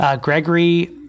Gregory